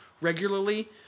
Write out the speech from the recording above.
regularly